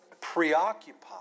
preoccupied